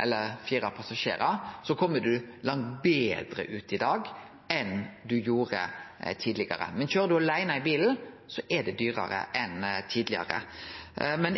eller fire passasjerar, kjem ein langt betre ut i dag enn ein gjorde tidlegare. Men køyrer ein aleine i bilen, er det dyrare enn tidlegare.